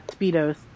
speedos